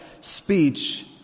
speech